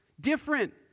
different